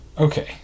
okay